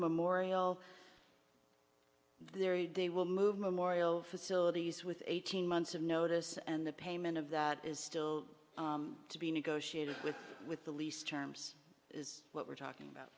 memorial there they will move memorial facilities with eighteen months of notice and the payment of that is still to be negotiated with with the lease terms is what we're talking about